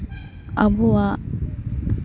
ᱟᱵᱚᱣᱟᱜ